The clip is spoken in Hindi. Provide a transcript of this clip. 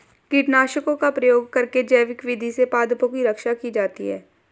कीटनाशकों का प्रयोग करके जैविक विधि से पादपों की रक्षा की जाती है